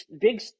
big